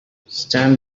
stand